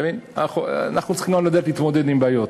אנחנו צריכים גם לדעת להתמודד עם בעיות.